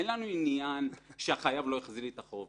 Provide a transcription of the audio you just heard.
אין לנו עניין שהחייב לא יחזיר לי את החוב,